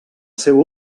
seu